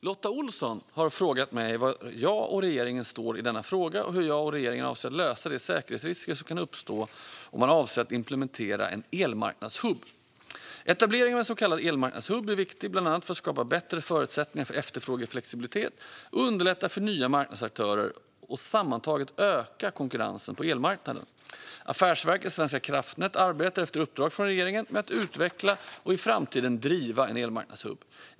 Fru talman! Lotta Olsson har frågat mig var jag och regeringen står i denna fråga och hur jag och regeringen avser att lösa de säkerhetsrisker som kan uppstå om man avser att implementera en elmarknadshubb. Etablering av en så kallad elmarknadshubb är viktig bland annat för att skapa bättre förutsättningar för efterfrågeflexibilitet, underlätta för nya marknadsaktörer och sammantaget öka konkurrensen på elmarknaden. Affärsverket svenska kraftnät arbetar, efter uppdrag från regeringen, med att utveckla och i framtiden driva en elmarknadshubb.